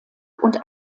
und